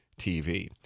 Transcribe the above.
TV